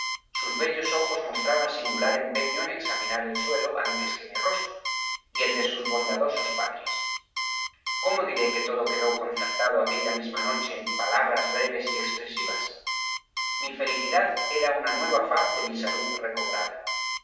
sus bellos ojos mostraban singular empeño en examinar el suelo antes que mi rostro y el de sus bondadosos padres cómo diré que todo quedó concertado aquella misma noche en palabras breves y expresivas mi felicidad era una nueva faz de mi salud recobrada